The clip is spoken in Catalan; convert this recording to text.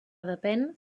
depèn